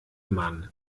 man